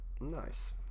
Nice